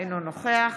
אינו נוכח